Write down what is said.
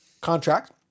contract